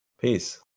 Peace